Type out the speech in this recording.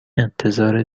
انتظار